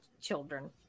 children